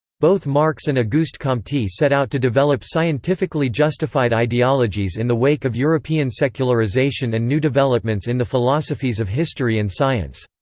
both marx and auguste comte set out to develop scientifically justified ideologies in the wake of european secularisation and new developments in the philosophies of history and science.